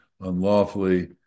unlawfully